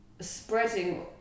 spreading